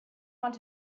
want